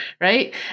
right